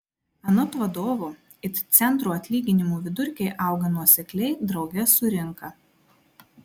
anot vadovo it centro atlyginimų vidurkiai auga nuosekliai drauge su rinka